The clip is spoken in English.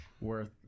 worth